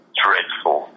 dreadful